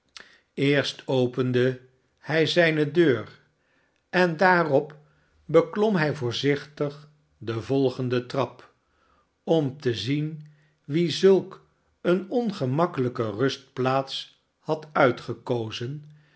eerst opende hij zijne deur en daarop beklom hij voorzichtig de volgende trap om te zien wie zulk een ongemakkelijke rustplaats had uitgekozen